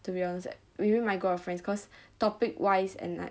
to be honest like maybe my group of friends cause topic wise and like